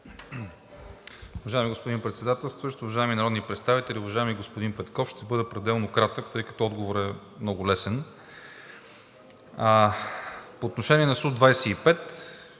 Уважаеми господин Председателстващ, уважаеми народни представители! Уважаеми господин Петков, ще бъда пределно кратък, тъй като отговорът е много лесен. По отношение на Су-25